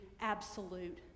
absolute